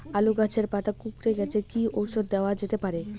আলু গাছের পাতা কুকরে গেছে কি ঔষধ দেওয়া যেতে পারে?